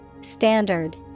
Standard